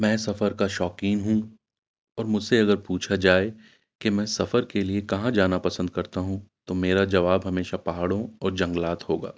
میں سفر کا شوقین ہوں اور مجھ سے اگر پوچھا جائے کہ میں سفر کے لیے کہاں جانا پسند کرتا ہوں تو میرا جواب ہمیشہ پہاڑوں اور جنگلات ہوگا